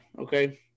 okay